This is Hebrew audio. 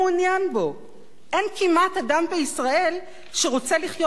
אין כמעט אדם בישראל שרוצה לחיות במדינה דו-לאומית,